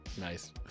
Nice